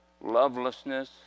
lovelessness